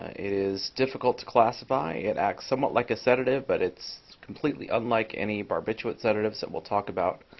it is difficult to classify. it acts somewhat like a sedative. but it's completely unlike any barbiturate sedatives that we'll talk about